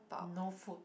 no food